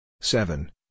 seven